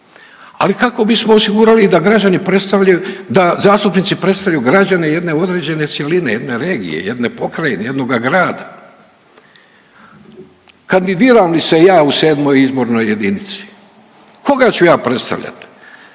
da građani predstavljaju da zastupnici predstavljaju građane jedne određene cjeline, jedne regije, jedne pokrajine, jednoga grada. Kandidiram li se ja u 7. izbornoj jedinici koga ću ja predstavljati?